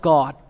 God